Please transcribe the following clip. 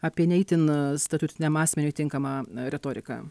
apie ne itin statutiniam asmeniui tinkamą retoriką